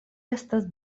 estas